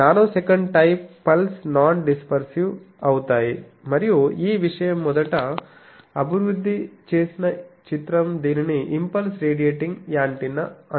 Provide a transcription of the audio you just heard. nanosecond type pulse non dispersive అవుతాయి మరియు ఈ విషయం మొదట అభివృద్ధి చేసిన చిత్రం దీనిని ఇంపల్స్ రేడియేటింగ్ యాంటెన్నా అంటారు